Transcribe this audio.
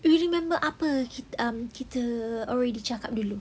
you remember apa kit~ um kita already cakap dulu